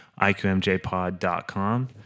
iqmjpod.com